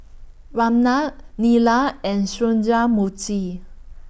Neila and Sundramoorthy